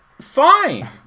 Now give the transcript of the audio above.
Fine